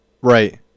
Right